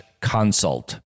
consult